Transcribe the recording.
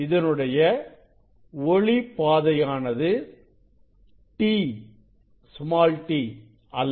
இதனுடைய ஒளி பாதையானது t அல்ல